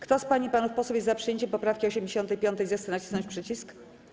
Kto z pań i panów posłów jest za przyjęciem poprawki 85., zechce nacisnąć przycisk.